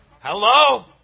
Hello